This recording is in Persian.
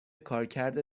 کارکرد